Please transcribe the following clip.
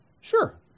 Sure